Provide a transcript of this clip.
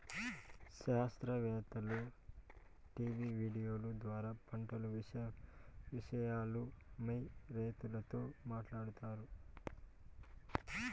శాస్త్రవేత్తలు టీవీ రేడియోల ద్వారా పంటల విషయమై రైతులతో మాట్లాడుతారు